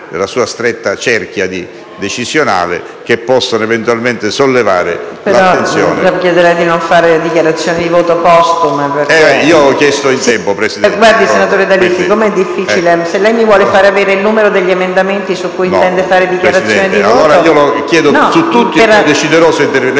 sua stretta cerchia decisionale, che possano eventualmente sollevare attenzione.